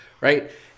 right